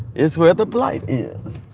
is where the blight is.